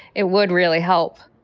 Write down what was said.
it would really help